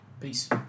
Peace